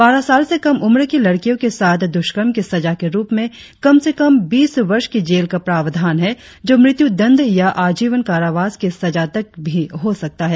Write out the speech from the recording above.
बारह साल से कम उम्र की लड़कियों के साथ दुष्कर्म की सजा के रुप में कम से कम बीस वर्ष की जेल का प्रावधान है जो मृत्यु दंड या आजीवन कारावास की सजा तक भी हो सकता है